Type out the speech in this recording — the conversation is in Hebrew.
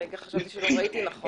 לרגע חשבתי שלא ראיתי נכון.